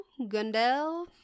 Gundel